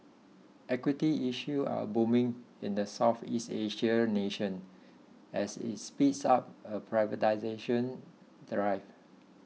equity issue are booming in the Southeast Asian nation as it speeds up a privatisation drive